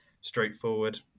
straightforward